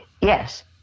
yes